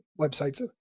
websites